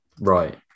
Right